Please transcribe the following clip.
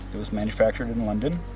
it was manufactured in london.